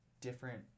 different